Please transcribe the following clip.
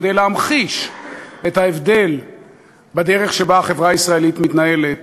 כדי להמחיש את ההבדל בדרך שבה מתנהלת